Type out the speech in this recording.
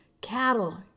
cattle